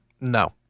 No